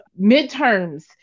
midterms